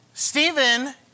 Stephen